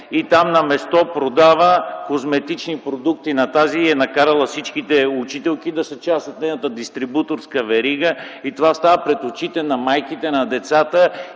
и там на място продава козметични продукти и е накарала всичките учителки да са част от нейната дистрибуторска верига и това става пред очите на майките, на децата.